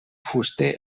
fuster